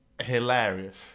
hilarious